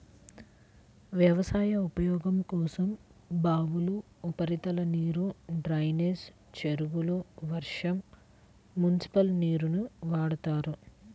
వ్యవసాయ ఉపయోగం కోసం బావులు, ఉపరితల నీరు, డ్రైనేజీ చెరువులు, వర్షం, మునిసిపల్ నీరుని వాడతారు